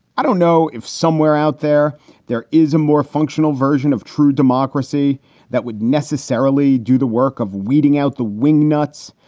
i don't know if somewhere out there there is a more functional version of true democracy that would necessarily do the work of weeding out the wingnuts.